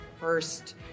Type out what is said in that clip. first